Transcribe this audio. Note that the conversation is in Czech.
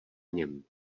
něm